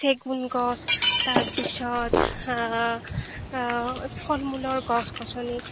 চেগুণ গছ তাৰপিছত ফল মূলৰ গছ গছনি